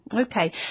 Okay